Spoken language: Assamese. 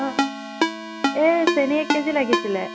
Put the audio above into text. অ' এই চেনী এক কেজি লাগিছিলে